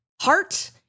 heart